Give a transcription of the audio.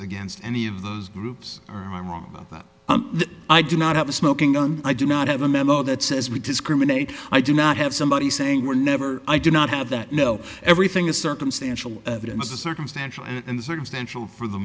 against any of those groups or i'm wrong about that that i do not have a smoking gun i do not have a memo that says we discriminate i do not have somebody saying we're never i do not have that no everything is circumstantial evidence is circumstantial and circumstantial for the